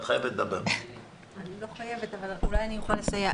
אני לא חייבת אבל אולי אני אוכל לסייע.